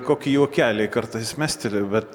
kokį juokelį kartais mesteliu bet